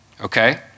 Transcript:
okay